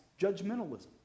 judgmentalism